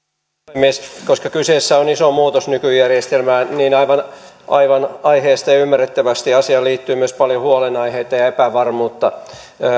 puhemies koska kyseessä on iso muutos nykyjärjestelmään niin aivan aivan aiheesta ja ymmärrettävästi asiaan liittyy myös paljon huolenaiheita ja ja epävarmuutta